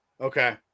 Okay